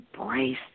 embrace